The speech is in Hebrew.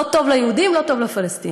לא טוב ליהודים, לא טוב לפלסטינים.